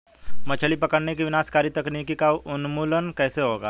मछली पकड़ने की विनाशकारी तकनीक का उन्मूलन कैसे होगा?